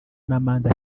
n’amande